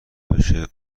بشه